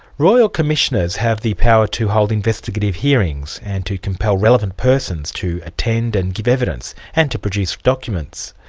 royal commissioners have the power to hold investigative hearings and to compel relevant persons to attend and give evidence, and to produce documents.